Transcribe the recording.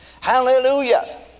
Hallelujah